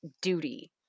duty